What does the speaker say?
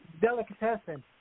delicatessen